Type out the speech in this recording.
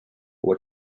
what